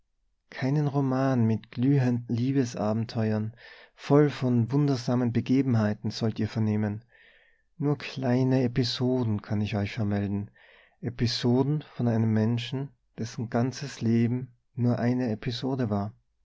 keinen roman mit glühenden liebesabenteuern voll von wundersamen begebenheiten sollt ihr vernehmen nur kleine episoden kann ich euch vermelden episoden von einem menschen dessen ganzes leben nur eine episode war